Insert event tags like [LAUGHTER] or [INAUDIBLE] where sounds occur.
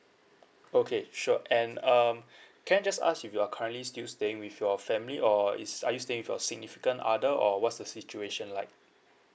okay sure and um [BREATH] can I just ask if you are currently still staying with your family or is are you stay with your significant other or what's the situation like